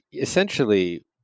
essentially